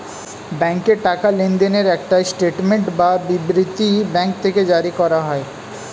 ব্যাংকে টাকা লেনদেনের একটা স্টেটমেন্ট বা বিবৃতি ব্যাঙ্ক থেকে জারি করা হয়